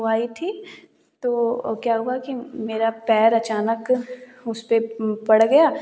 वो आई थी तो क्या हुआ कि मेरा पैर अचानक उस पर पड़ गया